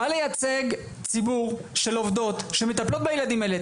באה לייצג ציבור של עובדות שמטפלות בילדים האלה.